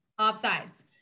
offsides